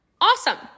Awesome